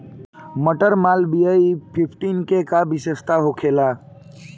मटर मालवीय फिफ्टीन के का विशेषता होखेला?